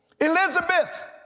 Elizabeth